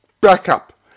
backup